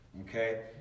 okay